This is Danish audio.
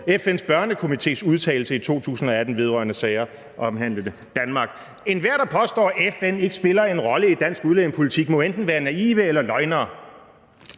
FN’s Børnekomités udtalelser i 2018 i sager mod Danmark. Enhver, der påstår, at FN ikke spiller en rolle i dansk udlændingepolitik, må enten være naiv eller løgner!